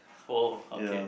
oh okay